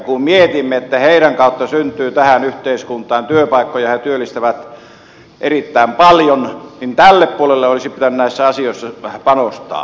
kun mietimme että heidän kautta syntyy tähän yhteiskuntaan työpaikkoja ja he työllistävät erittäin paljon niin tälle puolelle olisi pitänyt näissä asioissa vähän panostaa